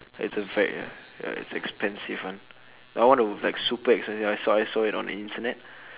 ir's a fact ya ir's expensive [one] I want the like super expensive one I saw I saw it on the internet